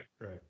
Right